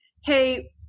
hey